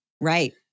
Right